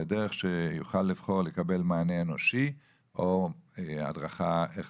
בדרך שיוכל לבחור לקבל מענה אנושי או הדרכה איך